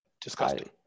disgusting